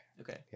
Okay